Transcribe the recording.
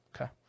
okay